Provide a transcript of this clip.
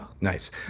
Nice